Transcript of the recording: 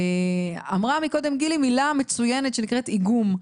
אמרה מקודם גילי מילה מצוינת שנקראת איגום,